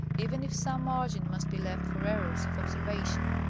even if some margin must be left for errors of ob servation.